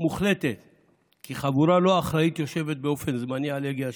מוחלטת כי חבורה לא אחראית יושבת באופן זמני על הגה השלטון.